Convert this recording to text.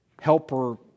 helper